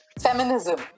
Feminism